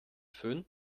fön